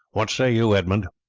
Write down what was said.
what say you edmund?